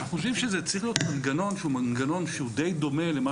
אנחנו חושבים שזה צריך להיות מנגנון שהוא מנגנון די דומה למה